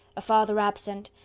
a father absent,